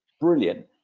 brilliant